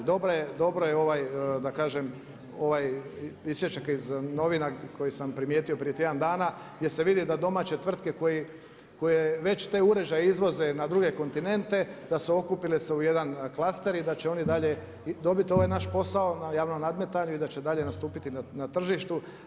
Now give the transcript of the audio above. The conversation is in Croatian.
I dobro je da kažem ovaj isječak iz novina koji sam primijetio prije tjedan dana gdje se vidi gdje domaće tvrtke koje već te uređaje izvoze na druge kontinente da su okupile se u jedan klaster i da će oni dalje dobiti ovaj naš posao na javnom nadmetanju i da će dalje nastupiti na tržištu.